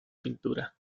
pintura